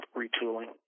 retooling